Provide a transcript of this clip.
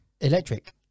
Electric